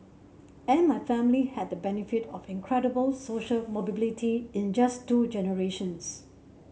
and my family had the benefit of incredible social in just two generations